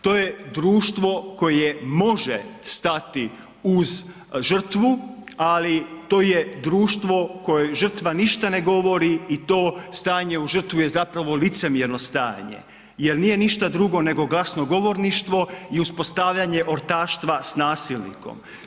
To je društvo koje može stati uz žrtvu, ali to je društvo kojem žrtva ništa ne govori i to stanje u žrtvu je zapravo licemjerno stanje jer nije ništa drugo nego glasno govorništvo i uspostavljanje ortaštva s nasilnikom.